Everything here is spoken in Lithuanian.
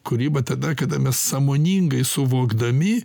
kūryba tada kada mes sąmoningai suvokdami